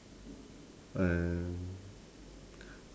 and